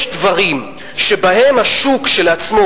יש דברים שבהם השוק כשלעצמו,